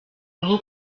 aho